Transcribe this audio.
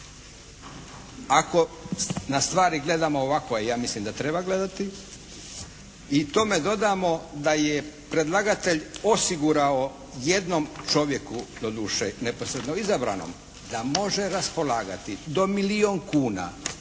Ako na stvari gledamo ovako, a ja mislim da treba gledati i tome dodamo da je predlagatelj osigurao jednom čovjeku doduše neposredno izabranom da može raspolagati do milijun kuna